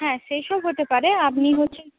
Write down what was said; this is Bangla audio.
হ্যাঁ সেই সব হতে পারে আপনি হচ্ছে